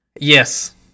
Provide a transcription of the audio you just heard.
Yes